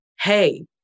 hey